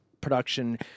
production